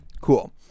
Cool